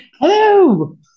Hello